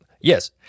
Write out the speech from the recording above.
Yes